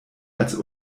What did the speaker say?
als